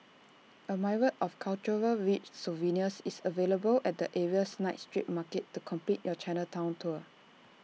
A myriad of cultural rich souvenirs is available at the area's night street market to complete your Chinatown tour